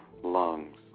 lungs